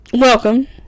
Welcome